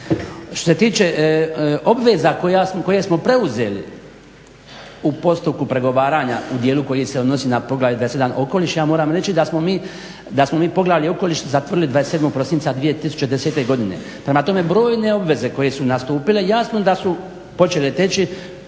što se tiče obveza koje smo preuzeli u postupku pregovaranja u dijelu koji se odnosi na Poglavlje 27. – Okoliš ja moram reći da smo mi Poglavlje – Okoliš zatvorili 27. prosinca 2010. godine. Prema tome brojne obveze koje su nastupile jasno da su počele teći